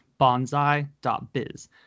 Bonsai.biz